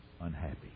unhappy